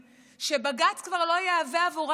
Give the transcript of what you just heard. שבג"ץ כבר לא יהווה עבורם כתובת,